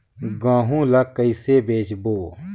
गहूं ला कइसे बेचबो?